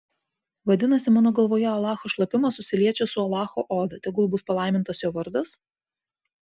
vadinasi mano galvoje alacho šlapimas susiliečia su alacho oda tegul bus palaimintas jo vardas